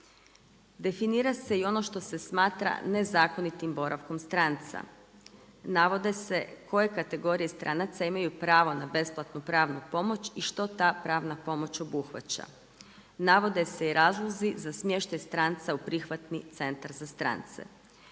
Definira se i ono što se smatra nezakonitim boravkom stranca. Navode se koje kategorije stranaca imaju pravo na besplatnu pravnu pomoć i što ta pravna pomoć obuhvaća. Navode se i razlozi za smještaj stranca u prihvatni centar za strance.